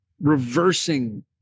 reversing